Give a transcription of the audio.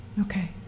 Okay